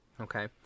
Okay